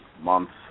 months